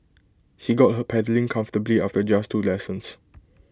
he got her pedalling comfortably after just two lessons